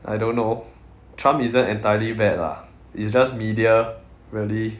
I don't know trump isn't entirely bad lah it's just media really